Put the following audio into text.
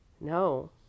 No